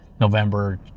November